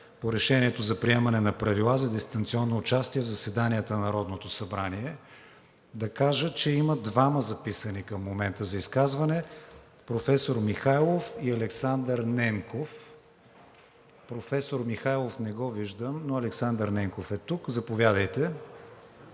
по Решение за приемане на Правила за дистанционно участие в заседанията на Народното събрание. Има двама записани към момента за изказване – професор Михайлов и Александър Ненков. Професор Михайлов не го виждам, но Александър Ненков е тук. Заповядайте.